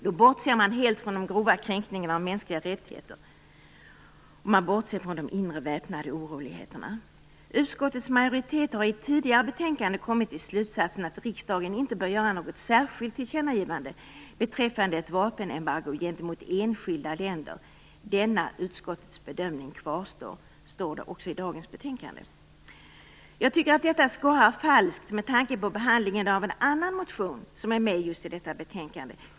Då bortser man helt från de grova kränkningarna av mänskliga rättigheter och från de inre väpnade oroligheterna. Utskottets majoritet har i ett tidigare betänkande dragit slutsatsen att riksdagen inte bör göra något särskilt tillkännagivande beträffande ett vapenembargo gentemot enskilda länder. Denna utskottets bedömning kvarstår, står det i dagens betänkande. Jag tycker att detta skorrar falskt med tanke på behandlingen av en annan motion som tas upp i just detta betänkande.